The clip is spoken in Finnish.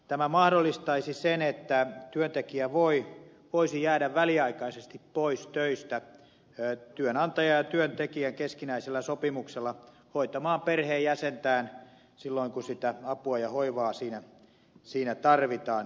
tämä mahdollistaisi sen että työntekijä voisi jäädä väliaikaisesti pois töistä työnantajan ja työntekijän keskinäisellä sopimuksella hoitamaan perheenjäsentään silloin kun apua ja hoivaa tarvitaan